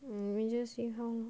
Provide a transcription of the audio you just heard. we just stay home lor